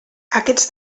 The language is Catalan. aquests